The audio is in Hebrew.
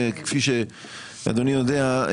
כפי שאדוני יודע,